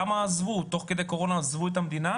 כמה עזבו תוך כדי קורונה את המדינה?